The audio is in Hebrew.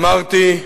אמרתי: